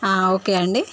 okay అండి